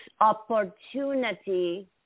opportunity